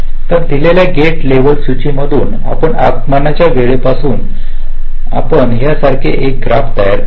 तर दिलेल्या gate level सूची मधून आणि आगमनाच्या वेळापासून आपण यासारखे एक ग्राफ तयार करा